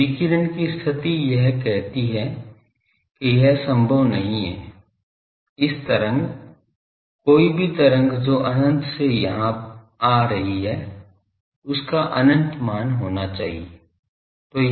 तो विकिरण की स्थिति यह कहती है कि यह संभव नहीं है इस तरंग कोई भी तरंग जो अनंत से यहाँ आ रही है उसका अनंत मान होना चाहिए